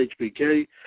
HPK